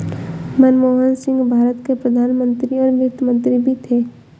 मनमोहन सिंह भारत के प्रधान मंत्री और वित्त मंत्री भी थे